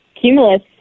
Cumulus